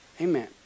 Amen